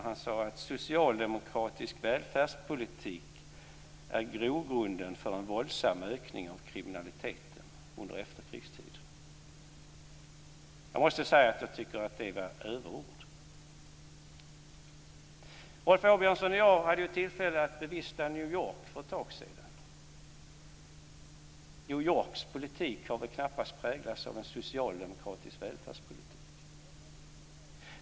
Han sade att socialdemokratisk välfärdspolitik är grogrunden för en våldsam ökning av kriminaliteten under efterkrigstiden. Jag måste säga att jag tycker att det var överord. Rolf Åbjörnsson och jag hade tillfälle att bevista New York för ett tag sedan. New Yorks politik har knappast präglats av en socialdemokratiskt välfärdspolitik.